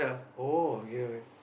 oh okay okay